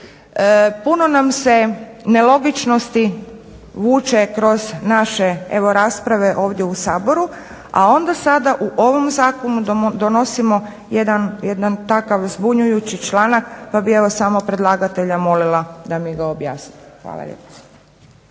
Puno nam se nelogičnosti vuče kroz naše evo rasprave ovdje u Saboru, a onda sada u ovom zakonu donosimo jedan takav zbunjujući članak pa bih evo samo predlagatelja molila da mi ga objasni. Hvala lijepa.